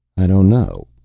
i don't know,